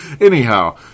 anyhow